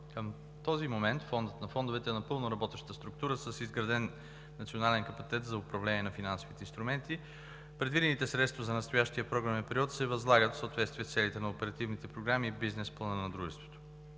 Към този момент Фондът на фондовете е напълно работеща структура с изграден национален капацитет за управление на финансови инструменти. Предвидените средства за настоящия програмен период се възлагат в съответствие с целите на оперативните програми и бизнес плана на дружеството.